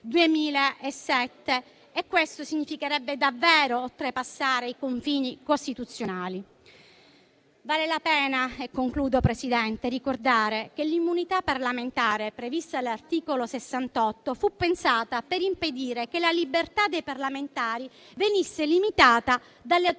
Questo significherebbe davvero oltrepassare i confini costituzionali. Vale la pena ricordare che l'immunità parlamentare prevista dall'articolo 68 della Costituzione fu pensata per impedire che la libertà dei parlamentari venisse limitata dalle autorità